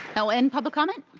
i will end public comment.